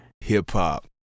hip-hop